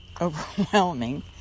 overwhelming